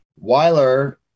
Weiler